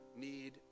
need